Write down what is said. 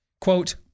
quote